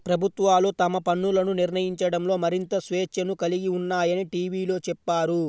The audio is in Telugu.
ప్రభుత్వాలు తమ పన్నులను నిర్ణయించడంలో మరింత స్వేచ్ఛను కలిగి ఉన్నాయని టీవీలో చెప్పారు